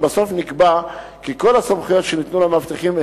לבסוף נקבע כי כל הסמכויות שניתנו למאבטחים,